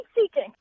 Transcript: seeking